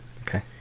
Okay